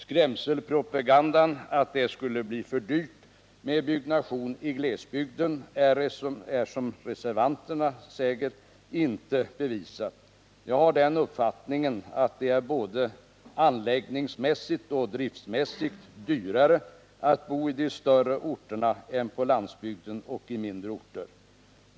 Skrämselpropagandan med påståendet att det skulle bli för dyrt med byggnation i glesbygden är som reservanterna säger inte bevisat. Jag har den uppfattningen att det både anläggningsmässigt och driftsmässigt är dyrare att bo i större orter än på landsbygden och i mindre orter.